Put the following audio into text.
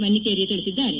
ಮನ್ನಿಕೇರಿ ತಿಳಿಸಿದ್ದಾರೆ